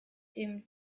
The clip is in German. dem